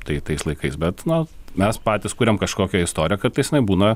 tai tais laikais bet na mes patys kuriam kažkokią istoriją kartais būna